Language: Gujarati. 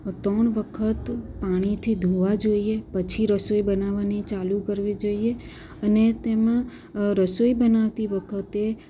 એ ત્રણ વખત પાણીથી ધોવા જોઈએ પછી રસોઈ બનાવવાની ચાલું કરવી જોઈએ અને તેમાં રસોઈ બનાવતી વખતે